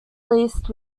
released